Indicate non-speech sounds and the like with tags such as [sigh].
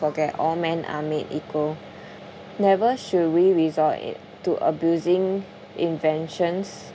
forget all men are made equal [breath] never should we resort i~ to abusing inventions